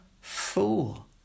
fool